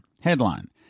Headline